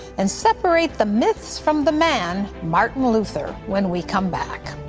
and separate the myths from the man, martin luther, when we come back.